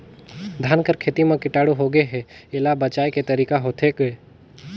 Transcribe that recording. धान कर खेती म कीटाणु होगे हे एला बचाय के तरीका होथे गए?